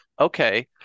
okay